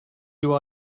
who